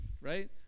right